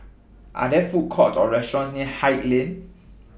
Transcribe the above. Are There Food Courts Or restaurants near Haig Lane